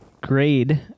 grade